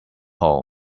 hold